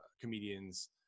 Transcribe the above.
comedians